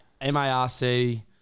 M-A-R-C